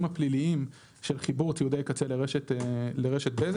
הפלילים של חיבור ציודי קצה לרשת בזק.